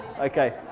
Okay